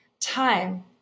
time